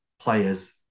players